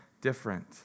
different